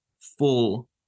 full